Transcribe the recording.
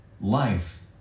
Life